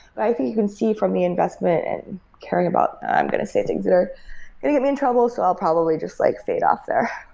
i think you can see from the investment and caring about i'm going to say things that are going to get me in trouble, so i'll probably just like fade off there.